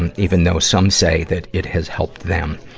and even though some say that it has helped them.